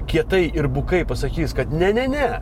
kietai ir bukai pasakys kad ne ne ne